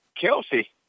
Kelsey –